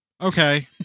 Okay